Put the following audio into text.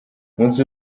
umunsi